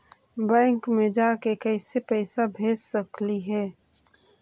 Bank मे जाके कैसे पैसा भेज सकली हे?